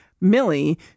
Millie